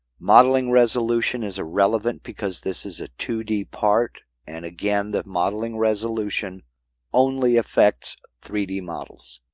modeling resolution is irrelevant, because this is a two d part. and, again, the modeling resolution only affects three d models.